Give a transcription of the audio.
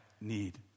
need